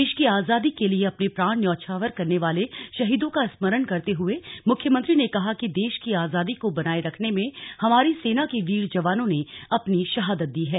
देश की आजादी के लिए अपने प्राण न्यौछावर करने वाले शहीदों का स्मरण करते हुए मुख्यमंत्री ने कहा कि देश की आजादी को बनाए रखने में हमारी सेना के वीर जवानों ने अपनी शहादत दी है